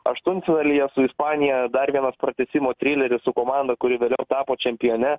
aštuntfinalyje su ispanija dar vienas pratęsimo trileris su komanda kuri vėliau tapo čempione